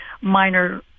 minor